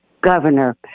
governor